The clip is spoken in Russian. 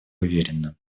уверенно